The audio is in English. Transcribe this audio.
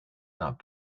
not